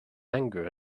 anger